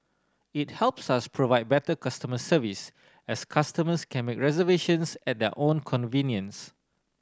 it helps us provide better customer service as customers can make reservations at their own convenience